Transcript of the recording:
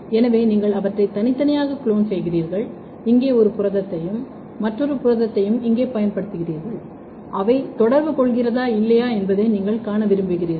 எனவே நீங்கள் அவற்றை தனித்தனியாக குளோன் செய்கிறீர்கள் இங்கே ஒரு புரதத்தையும் மற்றொரு புரதத்தையும் இங்கே பயன்படுத்துங்கள் அவை தொடர்பு கொள்கிறதா இல்லையா என்பதை நீங்கள் காண விரும்புகிறீர்கள்